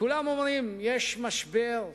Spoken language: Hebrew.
וכולם אומרים: יש משבר,